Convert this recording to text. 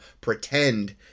pretend